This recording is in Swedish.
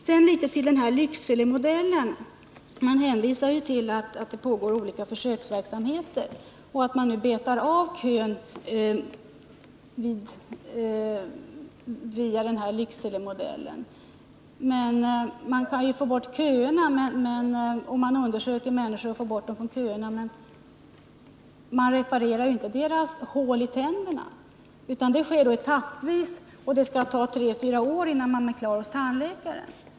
Det pågår olika slags försöksverksamhet för att beta av köerna till tandvården, och man hänvisar bl.a. till Lyckselemodellen. Man kan få bort människor från köerna genom att undersöka deras tänder, men man reparerar inte deras hål omedelbart — det sker etappvis, och det kan ta tre fyra år innan man är klar hos tandläkaren.